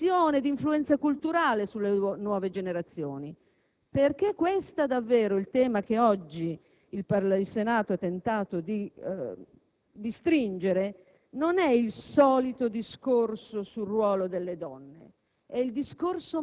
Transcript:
ad avere l'ambizione di un'influenza culturale sulle nuove generazioni. Il tema che oggi il Senato ha tentato di affrontare non è il solito discorso sul ruolo delle donne: